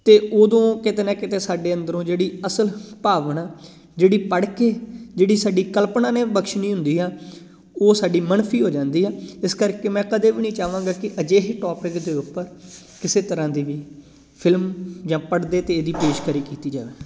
ਅਤੇ ਉਦੋਂ ਕਿਤੇ ਨਾ ਕਿਤੇ ਸਾਡੇ ਅੰਦਰੋਂ ਜਿਹੜੀ ਅਸਲ ਭਾਵਨਾ ਜਿਹੜੀ ਪੜ੍ਹ ਕੇ ਜਿਹੜੀ ਸਾਡੀ ਕਲਪਨਾ ਨੇ ਬਖਸ਼ਣੀ ਹੁੰਦੀ ਆ ਉਹ ਸਾਡੀ ਮਨਫੀ ਹੋ ਜਾਂਦੀ ਆ ਇਸ ਕਰਕੇ ਮੈਂ ਕਦੇ ਵੀ ਨਹੀਂ ਚਾਹਵਾਂਗਾ ਕਿ ਅਜਿਹੇ ਟੋਪਿਕ ਦੇ ਉੱਪਰ ਕਿਸੇ ਤਰ੍ਹਾਂ ਦੀ ਵੀ ਫਿਲਮ ਜਾਂ ਪੜ੍ਹਦੇ 'ਤੇ ਇਹਦੀ ਪੇਸ਼ਕਾਰੀ ਕੀਤੀ ਜਾਵੇ